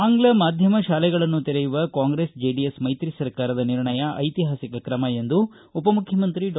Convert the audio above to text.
ಆಂಗ್ಲ ಮಾಧ್ಯಮ ಶಾಲೆಗಳನ್ನು ತೆರೆಯುವ ಕಾಂಗ್ರೆಸ್ ಜೆಡಿಎಸ್ ಮೈತ್ರಿ ಸರ್ಕಾರದ ನಿರ್ಣಯ ಐತಿಹಾಸಿಕ ಕ್ರಮ ಎಂದು ಉಪ ಮುಖ್ಯಮಂತ್ರಿ ಡಾ